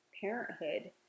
parenthood